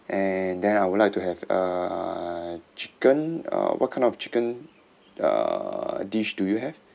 and then I would like to have a chicken uh what kind of chicken uh dish do you have